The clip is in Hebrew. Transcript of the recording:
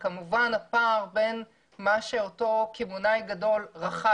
זה הפער בין מה שאותו קמעונאי גדול רכש